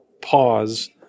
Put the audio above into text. pause